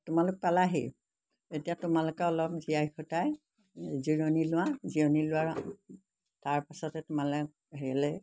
তোমালোক পালাহি এতিয়া তোমালোকে অলপ জিৰাই সতাই জিৰণি লোৱা জিৰণি লোৱাৰ তাৰপাছতে তোমালৈ হেৰিলৈ